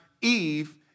Eve